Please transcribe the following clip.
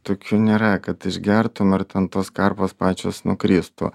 tokių nėra kad išgertum ir ten tos karpos pačios nukristų